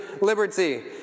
liberty